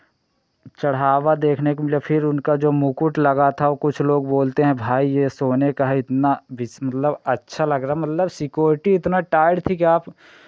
चढ़ावा देखने को मिला फिर उनका जो मुकुट लगा था वो कुछ लोग बोलते हैं भाई ये सोने का है इतना बिस मतलब अच्छा लग रहा मतलब सिकोर्टी इतना टाइट थी कि आप